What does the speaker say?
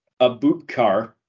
Abubakar